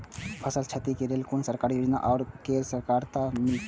फसल छति के लेल कुन सरकारी योजना छै आर केना सरलता से मिलते?